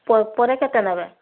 ପରେ କେତେ ନେବେ